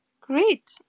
Great